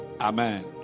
Amen